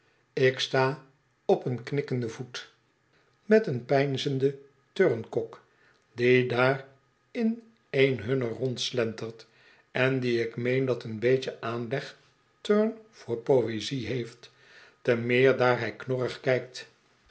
ik sta op een knikkenden voet met een peinzen don turncock die daarin een hunner rondslentcrt en die ik meen dat een beetje aanleg turn voor poëzie heeft te meer daar hij knorrig kijkt